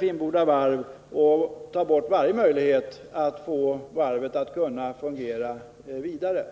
Finnboda varv och ta bort varje möjlighet att få varvet att kunna fungera vidare.